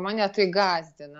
mane tai gąsdina